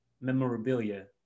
memorabilia